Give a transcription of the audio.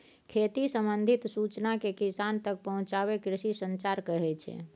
खेती संबंधित सुचना केँ किसान तक पहुँचाएब कृषि संचार कहै छै